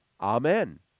Amen